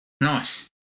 Nice